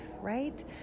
right